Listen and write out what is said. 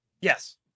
Yes